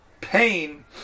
pain